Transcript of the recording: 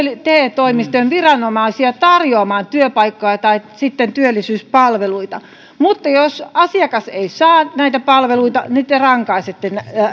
te toimistojen viranomaisia tarjoamaan työpaikkoja tai työllisyyspalveluita eli jos asiakas ei saa näitä palveluita niin te rankaisette